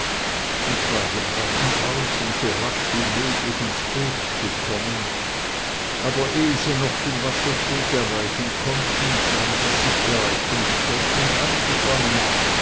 und beide brachen auf um so rasch wie möglich ins boot zu kommen aber ehe sie noch den wassersteg erreichen konnten sahen sie sich bereits umstellt und eingefangen